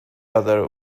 other